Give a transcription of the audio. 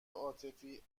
عاطفی